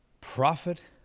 Prophet